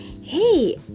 Hey